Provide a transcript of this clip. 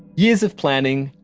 years of planning,